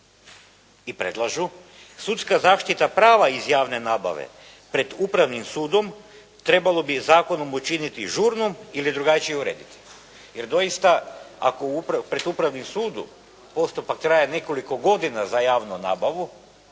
i predlažu sudska zaštita prava iz javne nabave pred Upravnim sudom trebalo bi zakonom učiniti žurnom ili drugačije urediti jer doista ako pred Upravnim sudom postupak traje nekoliko godina za javnu nabavu